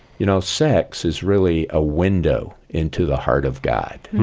you know, sex is really a window into the heart of god.